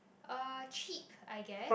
uh treat I guess